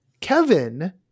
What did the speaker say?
Kevin